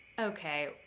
okay